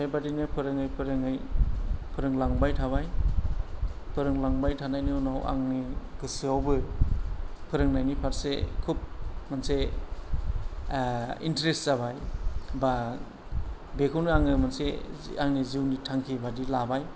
बेबादिनो फोरोङै फोरोङै फोरोंलांबाय थाबाय फोरोंलांबाय थानायनि उनाव आंनि गोसोआवबो फोरोंनायनि फारसे खुब मोनसे इन्ट्रेस्ट जाबाय बा बेखौनो आङो मोनसे आंनि जिउनि थांखि बादि लाबाय